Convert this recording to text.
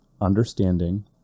understanding